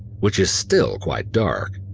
which is still quite dark.